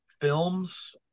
films